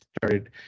started